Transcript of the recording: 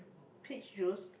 peach juice